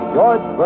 George